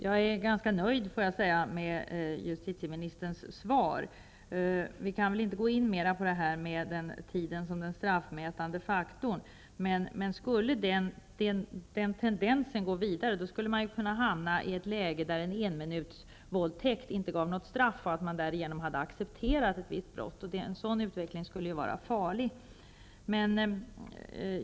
Herr talman! Jag är ganska nöjd med justitieministerns svar. Vi kan inte gå in mera på detta med tiden som en faktor vid straffutmätningen. Skulle den tendensen gå vidare skulle man kunna hamna i ett läge, där en enminutsvåldtäkt inte gav något straff och man därigenom hade accepterat ett visst brott. En sådan utveckling skulle vara farlig.